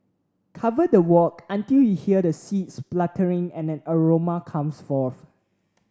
cover the wok until you hear the seeds spluttering and an aroma comes forth